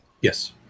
Yes